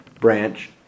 branch